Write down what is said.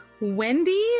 Wendy